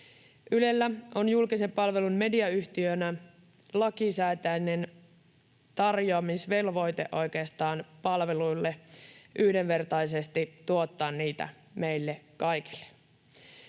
Ylellä on julkisen palvelun mediayhtiönä lakisääteinen tehtävä — tarjoamisvelvoite oikeastaan — yhdenvertaisesti tuottaa palveluita meille kaikille.